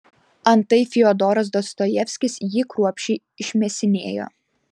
antai fiodoras dostojevskis jį kruopščiai išmėsinėjo